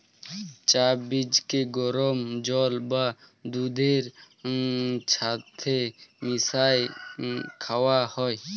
চাঁ বীজকে গরম জল বা দুহুদের ছাথে মিশাঁয় খাউয়া হ্যয়